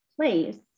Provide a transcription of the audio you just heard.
place